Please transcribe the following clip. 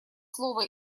слово